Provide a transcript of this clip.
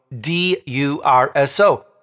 D-U-R-S-O